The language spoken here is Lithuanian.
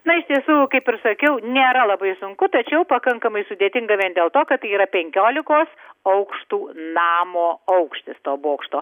na iš tiesų kaip ir sakiau nėra labai sunku tačiau pakankamai sudėtinga vien dėl to kad tai yra penkiolikos aukštų namo aukštis to bokšto